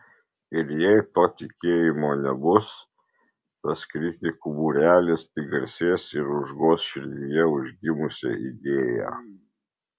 ir jei to tikėjimo nebus tas kritikų būrelis tik garsės ir užgoš širdyje užgimusią idėją